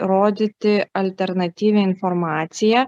rodyti alternatyvią informaciją